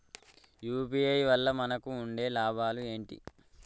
UPI వల్ల మనకు ఉండే లాభాలు ఏంటి?